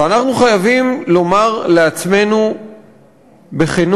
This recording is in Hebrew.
ואנחנו חייבים לומר לעצמנו בכנות,